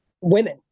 women